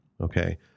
okay